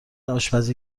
آشپزی